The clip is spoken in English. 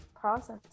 process